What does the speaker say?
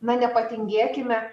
na nepatingėkime